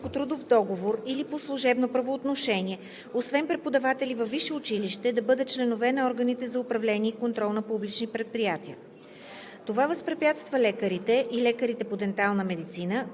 по трудов договор или по служебно правоотношение, освен преподаватели във висше училище, да бъдат членове на органите за управление и контрол на публични предприятия. Това възпрепятства лекарите и лекарите по дентална медицина,